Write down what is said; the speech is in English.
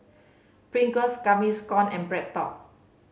Pringles Gaviscon and BreadTalk